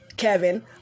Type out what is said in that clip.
Kevin